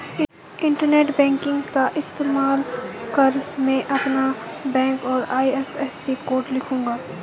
internet banking का इस्तेमाल कर मैं अपना बैंक और आई.एफ.एस.सी कोड लिखूंगा